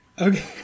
Okay